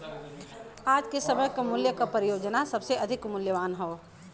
आज के समय क मूल्य क परियोजना सबसे अधिक मूल्यवान हौ